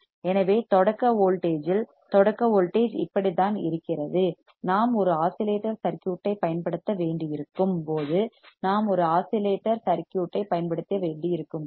எனவே தொடக்க வோல்டேஜ் இல் தொடக்க வோல்டேஜ் இப்படித்தான் இருக்கிறது நாம் ஒரு ஆஸிலேட்டர் சர்க்யூட் ஐப் பயன்படுத்த வேண்டியிருக்கும் போது நாம் ஒரு ஆஸிலேட்டர் சர்க்யூட் ஐப் பயன்படுத்த வேண்டியிருக்கும் போது